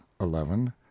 eleven